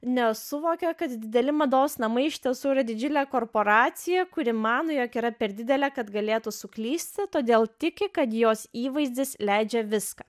nesuvokia kad dideli mados namai iš tiesų yra didžiulė korporacija kuri mano jog yra per didelė kad galėtų suklysti todėl tiki kad jos įvaizdis leidžia viską